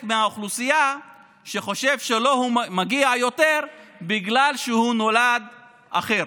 כשחלק מהאוכלוסייה חושב שלו מגיע יותר בגלל שהוא נולד אחר,